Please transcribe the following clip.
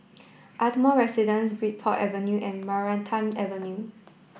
Ardmore Residence Bridport Avenue and Maranta Avenue